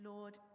Lord